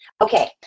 Okay